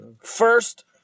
First